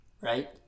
Right